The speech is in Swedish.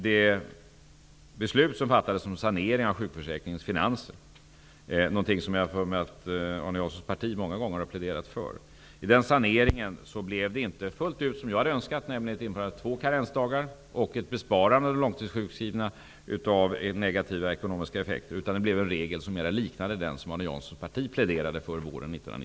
Det beslut som fattades om sanering av sjukförsäkringens finanser -- någonting som jag har för mig att Arne Janssons parti många gånger har pläderat för -- innebar inte fullt ut det som jag hade önskat, nämligen införande av två karensdagar och ett inbesparande av negativa ekonomiska effekter för de långtidssjukskrivna, utan det blev en regel mer liknande den som Arne